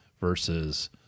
versus